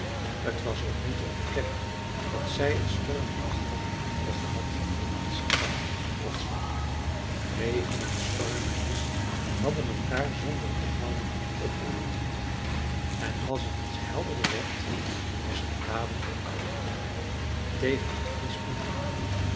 t was ook niet te ontkennen dat zij t stormachtig hadden gehad den laatsten tijd in t rotsdal regen en storm en mist hadden elkaar zonder ophouden opgevolgd en als t eens helderder werd was het dadelijk koud geworden tegen t vriespunt aan